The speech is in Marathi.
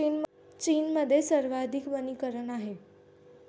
चीनमध्ये सर्वाधिक वनीकरण आहे